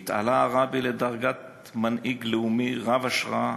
התעלה הרבי לדרגת מנהיג לאומי רב-השראה